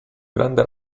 grande